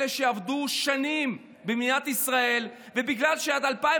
אלה שעבדו שנים במדינת ישראל ובגלל שעד 2009